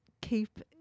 keep